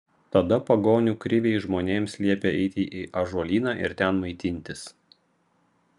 tada pagonių kriviai žmonėms liepė eiti į ąžuolyną ir ten maitintis